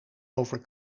over